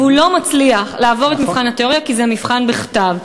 והוא לא מצליח לעבור את מבחן התיאוריה כי זה מבחן בכתב.